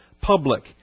public